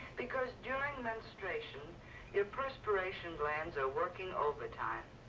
because during menstruation your perspiration glands are working overtime.